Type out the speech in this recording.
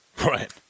right